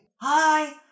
Hi